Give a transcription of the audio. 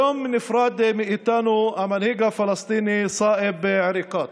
היום נפרד מאיתנו המנהיג הפלסטיני סאיב עריקאת,